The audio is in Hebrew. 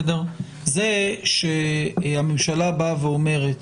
זה שהממשלה אומרת: